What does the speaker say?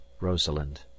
rosalind